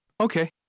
Okay